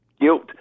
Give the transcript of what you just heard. guilt